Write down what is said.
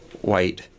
white